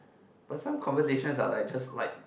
but some conversation are like just like